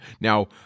Now